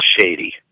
shady